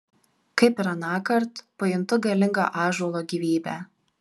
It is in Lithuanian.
kaip ir anąkart pajuntu galingą ąžuolo gyvybę